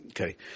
Okay